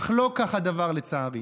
אך לא כך הדבר, לצערי.